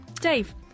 Dave